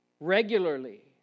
regularly